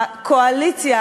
הקואליציה,